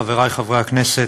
חברי חברי הכנסת,